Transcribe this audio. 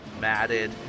matted